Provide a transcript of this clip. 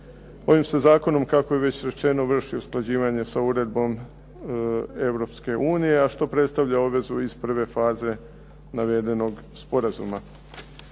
Ovim se zakonom kako je već rečeno vrši usklađivanje sa uredbom Europske unije, a što predstavlja obvezu iz prve faze navedenog sporazuma.